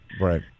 Right